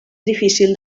difícil